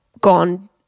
gone